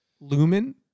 Lumen